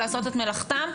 לעשות את מלאכתם.